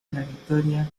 victoria